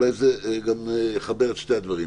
ואולי זה גם יחבר את שני הדברים.